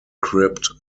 crypt